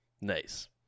Nice